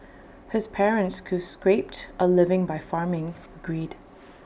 his parents who scraped A living by farming agreed